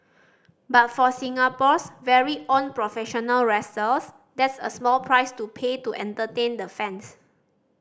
but for Singapore's very own professional that's a small price to pay to entertain the fans